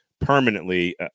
permanently